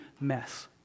mess